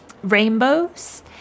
rainbows